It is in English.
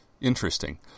interesting